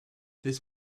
this